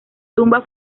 tumba